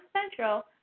Central